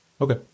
Okay